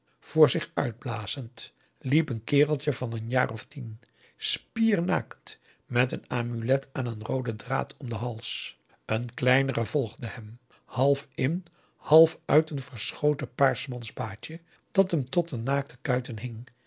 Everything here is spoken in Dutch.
voor zich uitblazend liep een kereltje van een jaar of tien spiernaakt met een amulet aan een rooden draad om den hals een kleinere volgde hem half in half uit een verschoten paars mans baatje dat hem tot op de naakte kuiten hing